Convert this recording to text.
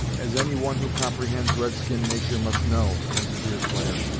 as any one who comprehends red-skin natur' must know, answered deerslayer,